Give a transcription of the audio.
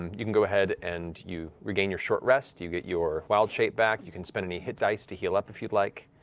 and you can go ahead and regain your short rest. you get your wild shape back. you can spend any hit dice to heal up if you'd like.